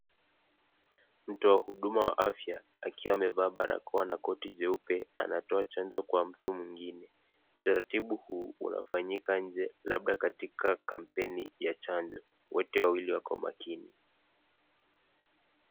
Mtu wa huduma wa afya akiwa amevaa barakoa na koti jeupe anatoa chanjo kwa mtu mwingine utaratibu huu unafanyika nje labda katika kampeni ya chanjo wote wawili wako makini.